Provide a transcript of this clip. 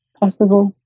possible